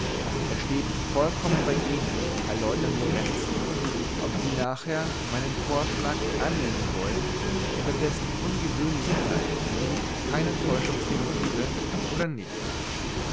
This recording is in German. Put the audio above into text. es steht vollkommen bei ihnen herr leutnant lorenzi ob sie nachher meinen vorschlag annehmen wollen über dessen ungewöhnlichkeit ich mich keiner täuschung hingebe oder nicht